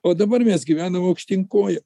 o dabar mes gyvenam aukštyn koja